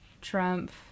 Trump